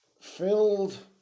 filled